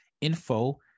info